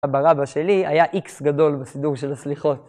סבא רבא שלי היה איקס גדול בסידור של הסליחות.